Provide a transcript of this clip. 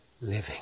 living